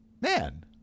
Man